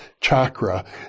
chakra